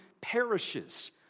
perishes